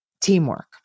teamwork